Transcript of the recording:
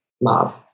Mob